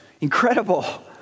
Incredible